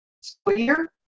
square